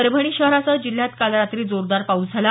परभणी शहरासह जिल्ह्यात काल रात्री जोरदार पाऊस झाला